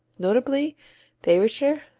notably bayrischer,